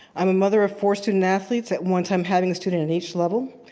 i'm a mother of four student athletes. at one time, having a student in each level.